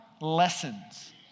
lessons